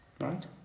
right